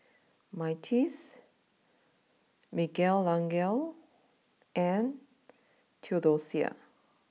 Myrtice Miguelangel and Theodosia